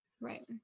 right